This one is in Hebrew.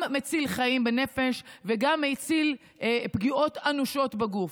גם מציל חיים ונפש וגם מציל מפגיעות אנושות בגוף.